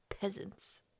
peasants